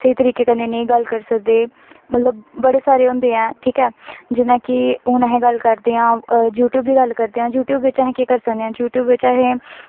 स्हेई तरीके कन्नै नेईं गल्ल करी सकदे मतलब बड़े सारें होंदा ऐ ठीक ऐ जि'यां कि हून अस गल्ल करदे आं यूटयूब दी गल्ल करदे आं यूटयूब बिच्च अस केह् करी कदे आं यूटयूब बिच्च अस